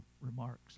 remarks